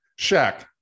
Shaq